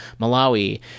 Malawi